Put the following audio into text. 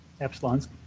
Epsilon's